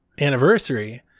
anniversary